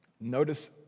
notice